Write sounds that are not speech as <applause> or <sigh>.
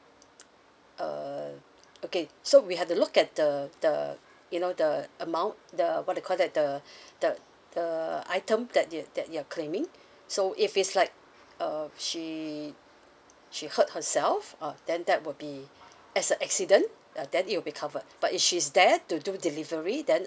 uh okay so we have to look at the the you know the amount the what they call that the <breath> the the item that you're that you're claiming so if it's like uh she she hurt herself uh then that will be as a accident uh then it'll be covered but if she's there to do delivery then